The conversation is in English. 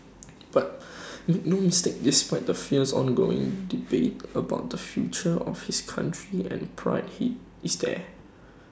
but make no mistake despite the fierce ongoing debate about the future of his country and pride he is there